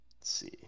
see